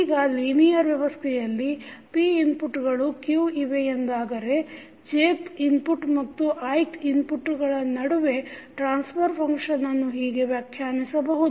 ಈಗ ಲೀನಿಯರ್ ವ್ಯವಸ್ಥೆಯಲ್ಲಿ p input ಗಳು q ಇವೆ ಎಂದಾದರೆ jth ಇನ್ಪುಟ್ ಮತ್ತು ith ಔಟ್ಪುಟ್ ನಡುವೆ ಟ್ರಾನ್ಸ್ಫರ್ ಫಂಕ್ಷನ್ನನ್ನು ಹೀಗೆ ವ್ಯಾಖ್ಯಾನಿಸಬಹುದು